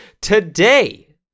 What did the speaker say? Today